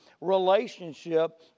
relationship